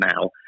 now